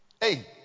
Hey